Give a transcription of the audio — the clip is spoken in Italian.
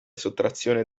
sottrazione